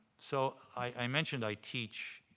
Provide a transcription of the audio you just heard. so i mentioned i teach